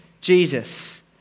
Jesus